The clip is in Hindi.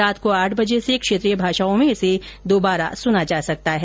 रात को आठ बजे से क्षेत्रीय भाषाओं में इसे दोबारा सुना जा सकता है